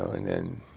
and then